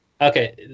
Okay